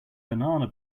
banana